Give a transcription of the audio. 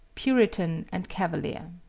puritan and cavalier.